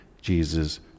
Jesus